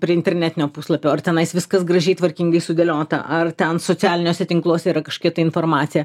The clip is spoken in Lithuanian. prie internetinio puslapio ar tenais viskas gražiai tvarkingai sudėliota ar ten socialiniuose tinkluose yra kažkokia tai informacija